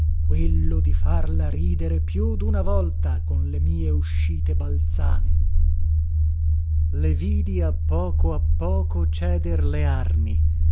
quello di farla ridere più duna volta con le mie uscite balzane le vidi a poco a poco ceder le armi